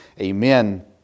Amen